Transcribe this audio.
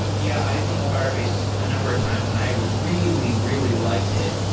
yeah. i've used firebase a number of times, and i really, really liked it.